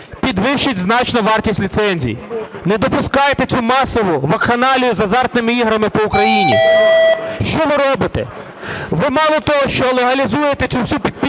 підвищить значно вартість ліцензій. Не допускайте цю масову вакханалію з азартними іграми по Україні. Що ви робите? Ви мало того, що легалізуєте цю всю підпільну